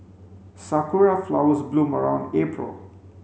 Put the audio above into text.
sakura flowers bloom around April